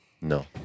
no